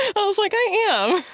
i was like, i am.